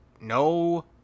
no